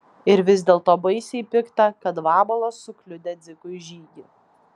ir vis dėlto baisiai pikta kad vabalas sukliudė dzikui žygį